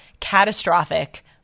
catastrophic